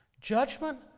Judgment